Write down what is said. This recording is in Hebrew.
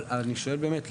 אבל אני שואל באמת,